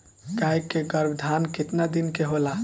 गाय के गरभाधान केतना दिन के होला?